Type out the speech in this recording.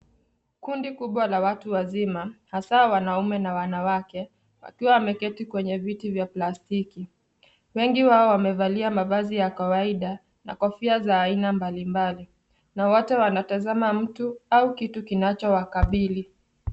Kundi kubwa la watu wazima, hasa wanaume na wanawake, wakiwa wameketi kwenye viti vya plastiki. Wengi wao wamevalia mavazi ya kawaida na kofia za aina mbalimbali na wote wanatazama mtu au kitu kinachowakabili.